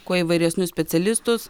kuo įvairesnius specialistus